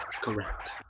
Correct